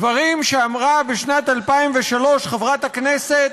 דברים שאמרה בשנת 2003 חברת הכנסת